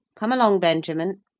come along, benjamin.